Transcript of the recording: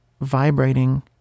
vibrating